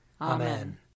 Amen